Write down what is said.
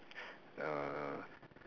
uh